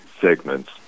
segments